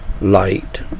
Light